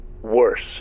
Worse